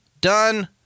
done